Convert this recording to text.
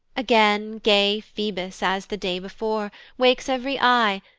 again, gay phoebus, as the day before, wakes ev'ry eye,